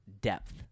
depth